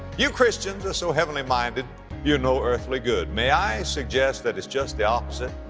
you christians are so heavenly minded you're no earthly good. may i suggest that it's just the opposite?